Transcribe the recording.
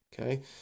Okay